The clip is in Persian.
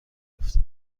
بیفتد